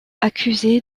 accusé